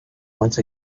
once